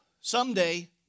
someday